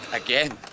again